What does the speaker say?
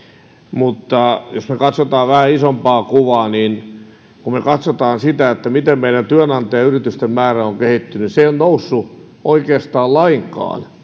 mutta jos me katsomme vähän isompaa kuvaa niin kun me katsomme sitä että miten meidän työnantajayritysten määrä on kehittynyt se ei ole noussut oikeastaan lainkaan